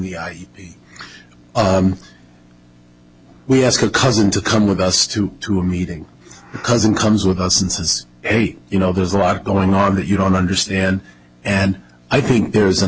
the id we ask a cousin to come with us to to a meeting because it comes with us and says hey you know there's a lot going on that you don't understand and i think there's an